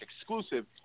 exclusive